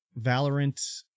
Valorant